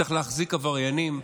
צריך להחזיק עבריינים,